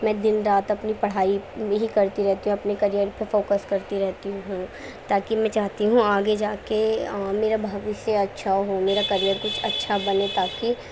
میں دن رات اپنی پڑھائی ہی کرتی رہتی ہوں اپنے کیریئر پہ فوکس کرتی رہتی ہوں تاکہ میں چاہتی ہوں آگے جا کے میرا بھوشیہ اچھا ہو میرا کیریئر کچھ اچھا بنے تاکہ